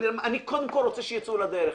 אני קודם כול רוצה שיצאו לדרך.